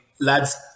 lads